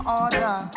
order